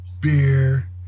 beer